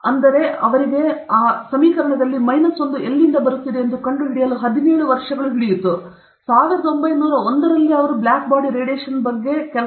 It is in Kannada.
ಆದ್ದರಿಂದ ಆ ಮೈನಸ್ 1 ಅವನಿಗೆ ನೊಬೆಲ್ ಪ್ರಶಸ್ತಿ ದೊರೆಯಿತು ಆದರೆ ಅವನಿಗೆ 17 ವರ್ಷಗಳು ಸಿಕ್ಕಿತು